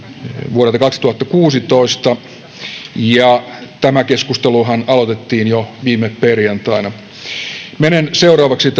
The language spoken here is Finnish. vuodelta kaksituhattakuusitoista tämä keskusteluhan aloitettiin jo viime perjantaina menen seuraavaksi